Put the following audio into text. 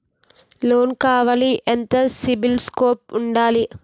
Loan కావాలి ఎంత CIBIL score ఉండాలి?